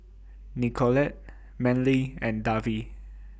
Nicolette Manley and Davy